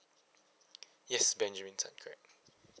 yes benjamin tan correct